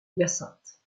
hyacinthe